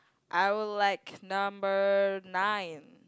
I will like number nine